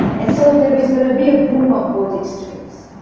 and so there is gonna be a boom on both extremes.